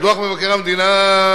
דוח מבקר המדינה,